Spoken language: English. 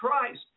Christ